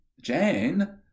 Jane